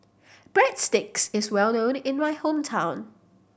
breadsticks is well known in my hometown